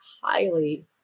highly